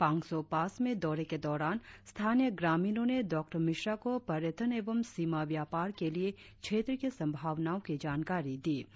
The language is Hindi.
पांग्सों पास में दौरे के दौरान स्थानीय ग्रामीणों ने डॉ मिश्रा को पर्यटन एवं सीमा व्यापार के लिए क्षेत्र की संभावनाओं की जानकारी दी गई